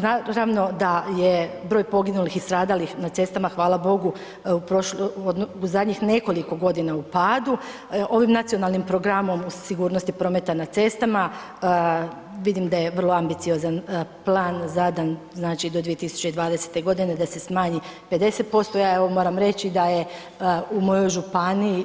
Naravno da je broj poginulih i stradalih na cestama hvala Bogu u zadnjih nekoliko godina u padu, ovim nacionalnim programom o sigurnosti prometa na cestama, vidim da je vrlo ambiciozan plan zadan, znači, do 2020.g. da se smanji 50%, ja evo moram reći da je u mojoj županiji